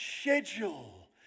schedule